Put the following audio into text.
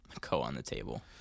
co-on-the-table